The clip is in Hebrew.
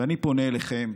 ואני פונה אליכם,